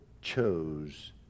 chose